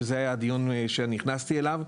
שזה היה הדיון שנכנסתי אליו,